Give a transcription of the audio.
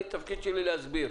אני תפקיד שלי להסביר.